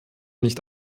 nicht